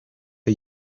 are